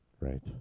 Right